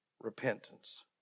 repentance